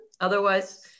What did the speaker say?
Otherwise